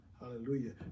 Hallelujah